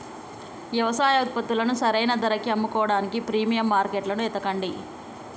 యవసాయ ఉత్పత్తులను సరైన ధరకి అమ్ముకోడానికి ప్రీమియం మార్కెట్లను ఎతకండి